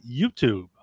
YouTube